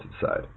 side